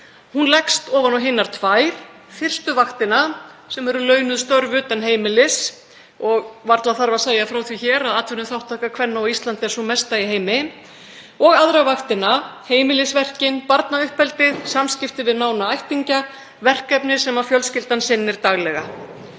Hún leggst ofan á hinar tvær; fyrstu vaktina, sem eru launuð störf utan heimilis, og varla þarf að segja frá því hér að atvinnuþátttaka kvenna á Íslandi er sú mesta í heimi, og aðra vaktina; heimilisverkin, barnauppeldið, samskipti við nána ættingja, verkefni sem fjölskyldan sinnir daglega.